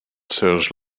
serge